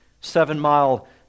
seven-mile